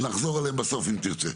נחזור אליהם בסוף אם תרצה.